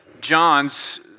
John's